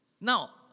Now